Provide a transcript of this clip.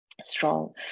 strong